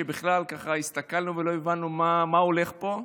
שבכלל הסתכלנו ולא הבנו מה הולך פה,